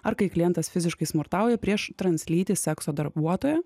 ar kai klientas fiziškai smurtauja prieš translytį sekso darbuotoją